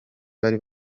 bari